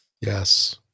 Yes